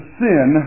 sin